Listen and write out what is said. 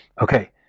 Okay